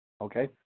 okay